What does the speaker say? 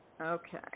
Okay